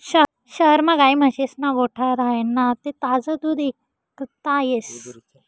शहरमा गायी म्हशीस्ना गोठा राह्यना ते ताजं दूध इकता येस